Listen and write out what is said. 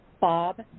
Bob